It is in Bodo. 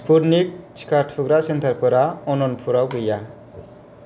स्पुटनिक टिका थुग्रा सेन्टारफोरा अनन्तपुराव गैया